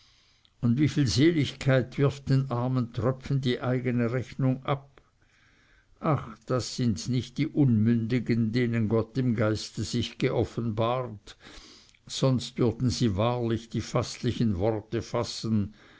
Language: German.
und wie viel seligkeit wirft den armen tröpfen die eigne rechnung ab ach das sind nicht die unmündigen denen gott im geiste sich geoffenbaret sonst würden sie wahrlich die faßlichen worte fassen